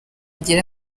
agera